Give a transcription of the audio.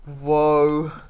Whoa